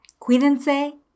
Cuídense